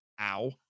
Ow